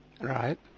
Right